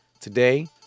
Today